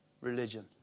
Religion